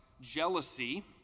jealousy